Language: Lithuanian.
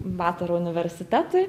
batoro universitetui